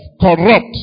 corrupt